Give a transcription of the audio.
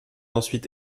ensuite